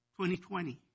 2020